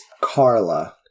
Carla